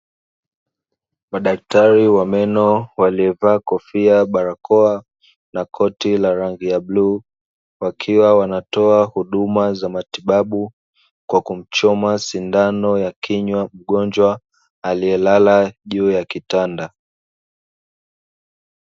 Madaktari wa meno, waliovaa kofia, barakoa na koti la rangi ya bluu, wakiwa wanatoa huduma za matibabu kwa kumchoma sindano ya kinywa mgonjwa aliyelala juu ya kitanda.